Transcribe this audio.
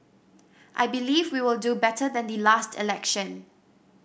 I believe we will do better than the last election